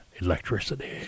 electricity